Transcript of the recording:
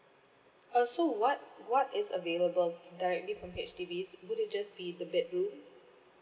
uh so what what is available directly from H_D_B would it just be the bedroom